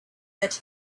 that